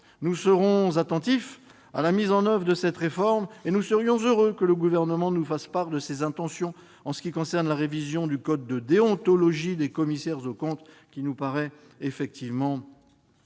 nous serons attentifs à la mise en oeuvre de cette réforme, et nous serions heureux que le Gouvernement nous fasse part de ses intentions en ce qui concerne la révision du code de déontologie des commissaires aux comptes, qui nous paraît une problématique